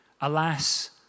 Alas